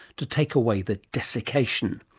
to take away the desiccation?